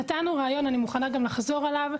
אנחנו נתנו ראיון, ואני מוכנה גם לחזור עליו: